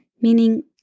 Meaning